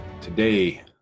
Today